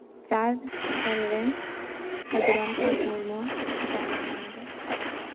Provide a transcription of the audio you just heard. ᱪᱟᱨ ᱥᱟᱞᱨᱮ ᱥᱟᱹᱫᱷᱩ ᱨᱟᱢᱪᱟᱸᱫᱽ ᱢᱩᱨᱢᱩᱣᱟᱜ ᱡᱟᱱᱟᱢ ᱢᱟᱦᱟ ᱫᱚ